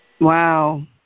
Wow